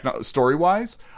story-wise